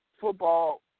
football